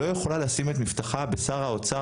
לא יכולה לשים את מבטחה בשר האוצר,